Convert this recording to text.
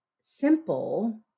simple